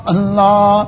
Allah